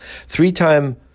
Three-time